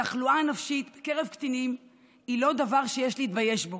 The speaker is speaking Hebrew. תחלואה נפשית בקרב קטינים היא לא דבר שיש להתבייש בו.